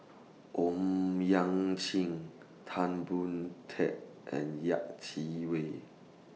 Owyang Chi Tan Boon Teik and Yeh Chi Wei